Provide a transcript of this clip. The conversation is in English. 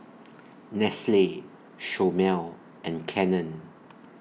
Nestle Chomel and Canon